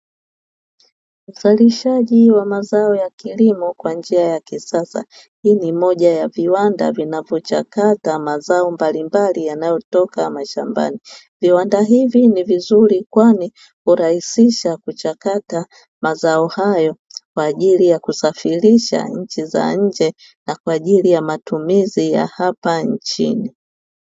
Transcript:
Uzalishaji wa mazao ya kilimo kwa njia ya kisasa. Hii ni moja ya viwanda vinavyochakata mazao mbalimbali yanayotoka mashambani. Viwanda hivi ni vizuri kwani hurahisisha kuchakata mazao hayo kwa ajili ya kusafirisha nchi za nje na kwa ajili ya matumizi ya hapa nchini.